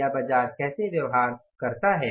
या बाजार कैसे व्यवहार करता है